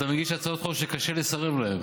אתה מגיש הצעות חוק שקשה לסרב להן,